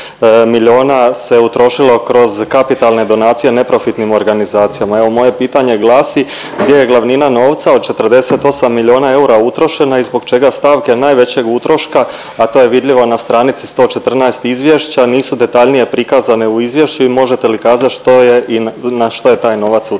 se utrošilo kroz kapitalne donacije neprofitnim organizacijama. Evo moje pitanje glasi, gdje je glavnina novca od 48 milijuna eura utrošena i zbog čega stavke najvećeg utroška, a to je vidljivo na stranici 114 izvješća, nisu detaljnije prikazane u izvješću i možete li kazat što je i na što je taj novac utrošen?